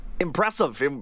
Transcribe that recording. Impressive